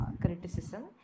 criticism